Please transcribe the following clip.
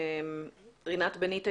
רינת בניטה,